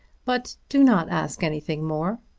but do not ask anything more.